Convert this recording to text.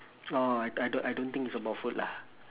orh I do~ I don't think it's about food lah